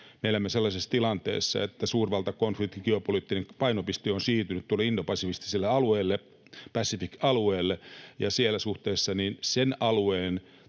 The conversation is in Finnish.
Me elämme sellaisessa tilanteessa, että suurvaltakonfliktin geopoliittinen painopiste on siirtynyt tuolle indopasifiselle alueelle, Pacific-alueelle, ja siinä suhteessa sen alueen